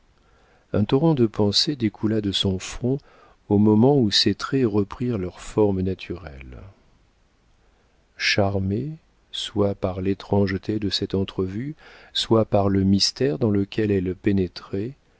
un torrent de pensées découla de son front au moment où ses traits reprirent leurs formes naturelles charmée soit par l'étrangeté de cette entrevue soit par le mystère dans lequel elle pénétrait